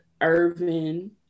Irvin